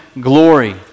glory